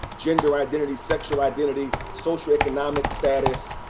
gender identity, sexual identity, socioeconomic status,